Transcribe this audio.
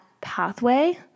pathway